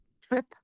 Trip